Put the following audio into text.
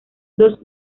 dos